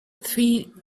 three